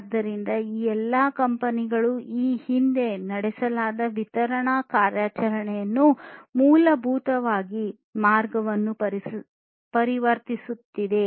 ಆದ್ದರಿಂದ ಈ ಎಲ್ಲಾ ಕಂಪನಿಗಳು ಈ ಹಿಂದೆ ನಡೆಸಲಾದ ವಿತರಣೆ ಕಾರ್ಯಾಚರಣೆಯನ್ನು ಮೂಲಭೂತವಾಗಿ ಮಾರ್ಗವನ್ನು ಪರಿವರ್ತಿಸುತ್ತಿವೆ